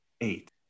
Eight